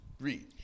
Read